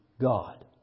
God